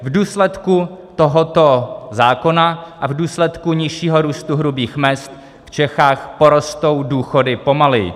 V důsledku tohoto zákona a v důsledku nižšího růstu hrubých mezd v Čechách porostou důchody pomaleji.